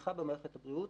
לתמיכה במערכת הבריאות.